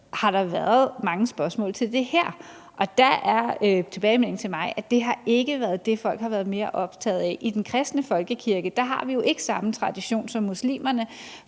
har været mange spørgsmål til det her, og der er tilbagemeldingen til mig, at det ikke har været det, folk har været mest optaget af. I den kristne folkekirke har vi jo ikke samme tradition som muslimerne